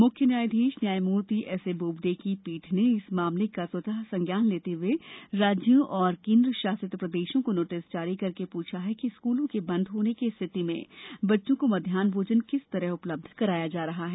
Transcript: मुख्य न्यायाधीश न्यायमूर्ति एसए बोबडे की पीठ ने इस मामले का स्वतः संज्ञान लेते हुए राज्यों और केन्द्रशासित प्रदेशों को नोटिस जारी करके पूछा है कि स्कूलों के बंद होने की रिथित में बच्चों को मध्याह भोजन किस तरह उपलब्ध कराया जा रहा है